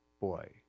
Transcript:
boy